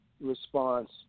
response